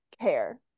care